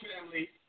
family